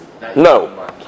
No